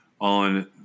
On